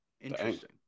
Interesting